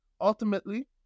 Ultimately